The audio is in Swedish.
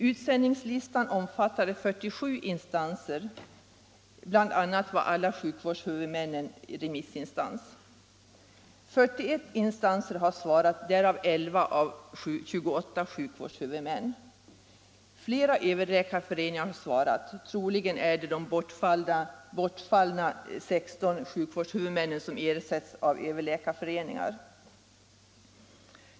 Utsändningslistan omfattade 47 instanser, bl.a. alla sjukvårdshuvudmännen. 41 remissinstanser svarade, däribland 11 av de 28 sjukvårdshuvudmännen. Flera överläkarföreningar svarade. Troligen är det de bortfallna 16 sjukvårdshuvudmännen som ersatts av överläkarföreningar.